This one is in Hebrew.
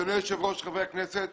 אדוני היושב ראש, חברי הכנסת,